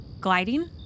Gliding